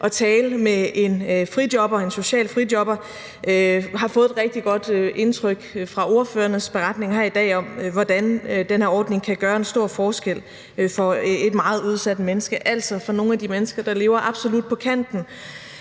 at tale med en social frijobber, har fået et rigtig godt indtryk fra ordførernes beretninger her i dag af, hvordan den her ordning kan gøre en stor forskel for et meget udsat menneske, altså for nogle af de mennesker, der lever absolut på kanten